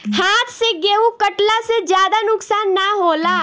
हाथ से गेंहू कटला से ज्यादा नुकसान ना होला